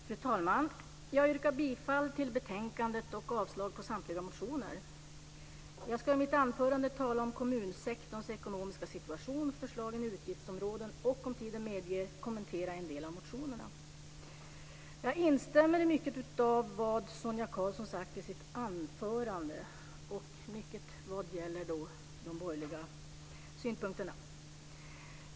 Fru talman! Jag yrkar bifall till utskottets förslag i betänkandet samt avslag på samtliga motioner. I mitt anförande ska jag tala om kommunsektorns ekonomiska situation och om förslagen kring utgiftsområdena samt, om tiden medger, kommentera en del av motionerna. Jag instämmer i mycket av det som Sonia Karlsson sade i sitt anförande - och då mycket vad gäller de borgerliga synpunkterna.